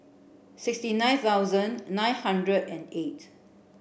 sixty nine thousand nine hundred and eight